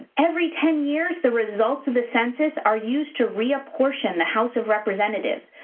every ten years, the results of the census are used to reapportion the house of representatives,